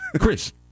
Chris